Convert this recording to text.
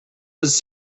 was